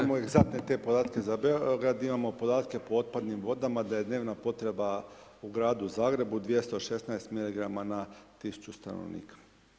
Nemamo egzaktne te podatke za Beograd, imamo podatke po otpadnim vodama da je dnevna potreba u gradu Zagrebu 216 miligrama na 1000 stanovnika.